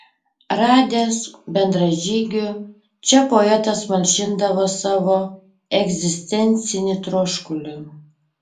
radęs bendražygių čia poetas malšindavo savo egzistencinį troškulį